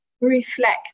reflect